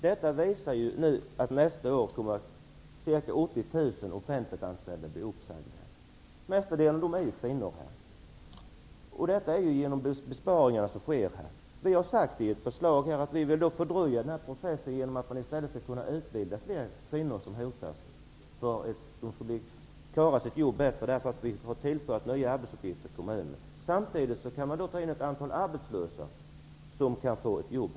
Det betyder att ca 80 000 offentliganställda nästa år kommer att bli uppsagda, mestadels kvinnor. Detta genom de besparingar som nu sker. Vi har sagt i vårt förslag att vi vill fördröja den här processen genom att utbilda fler kvinnor som hotas så att de skall kunna klara sitt jobb bättre. Vi har tillfört nya arbetsuppgifter till kommunerna. Samtidigt kan man ta in ett antal arbetslösa som då kan få ett jobb.